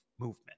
movement